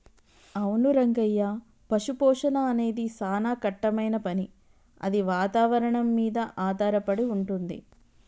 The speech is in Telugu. అవును రంగయ్య పశుపోషణ అనేది సానా కట్టమైన పని అది వాతావరణం మీద ఆధారపడి వుంటుంది